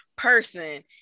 person